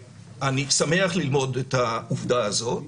שמח ללמוד את העובדה הזאת.